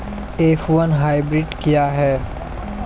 F one hybrid क्या है?